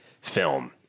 film